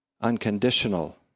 unconditional